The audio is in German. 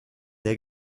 der